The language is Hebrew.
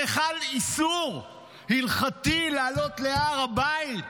הרי חל איסור הלכתי לעלות להר הבית.